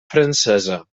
francesa